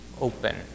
open